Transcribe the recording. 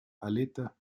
aletas